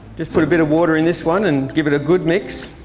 just put a bit of water in this one and give it a good mix.